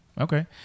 okay